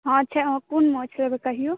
हॅं छै कोन माछ लेबै कहियौ